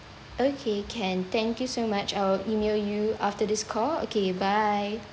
okay can thank you so much I will email you after this call okay bye